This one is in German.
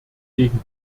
gegen